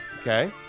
Okay